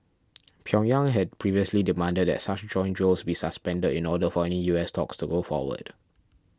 Pyongyang had previously demanded that such joint drills be suspended in order for any U S talks to go forward